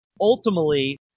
Ultimately